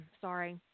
Sorry